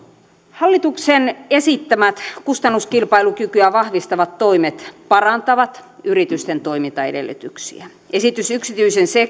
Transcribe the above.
hallituksen esittämät kustannuskilpailukykyä vahvistavat toimet parantavat yritysten toimintaedellytyksiä esitys yksityisen